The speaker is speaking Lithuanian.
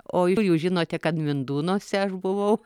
o iš kur jūs žinote kad mindūnuose aš buvau